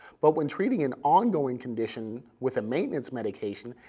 but when treating an ongoing condition with a maintenance medication,